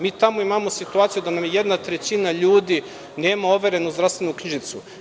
Mi tamo imamo situaciju da nam jedna trećina ljudi nema overenu zdravstvenu knjižicu.